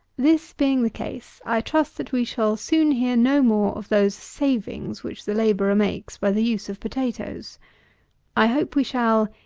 this being the case, i trust that we shall soon hear no more of those savings which the labourer makes by the use of potatoes i hope we shall,